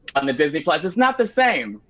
on the disney plus? it's not the same.